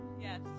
Yes